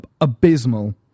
abysmal